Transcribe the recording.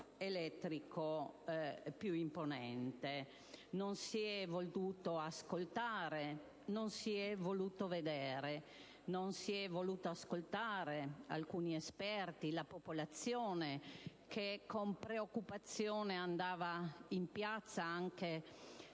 idroelettrico più imponente. Non si è voluto ascoltare e vedere. Non si è voluto ascoltare alcuni esperti e la popolazione, che con preoccupazione andava in piazza anche